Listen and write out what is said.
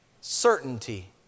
certainty